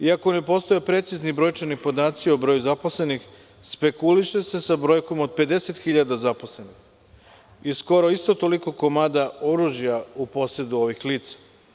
Iako ne postoje precizni brojčani podaci o broju zaposlenih, spekuliše se sa brojkom od 50.000 zaposlenih i skoro isto toliko komada oružja u posedu ovih lica.